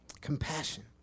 Compassion